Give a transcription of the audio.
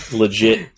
legit